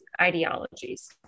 ideologies